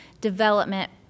development